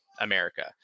america